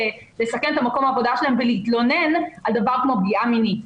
לסכן את מקום העבודה שלהן ולהתלונן על דבר כמו פגיעה מינית.